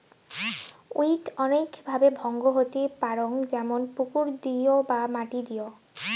weed অনৈক ভাবে ভঙ্গ হতি পারং যেমন পুকুর দিয় বা মাটি দিয়